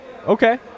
Okay